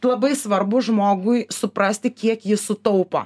labai svarbu žmogui suprasti kiek jis sutaupo